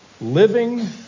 living